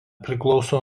priklauso